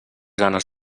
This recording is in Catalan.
ganes